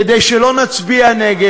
כדי שלא נצביע נגד.